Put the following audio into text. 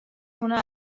una